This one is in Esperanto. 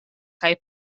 kaj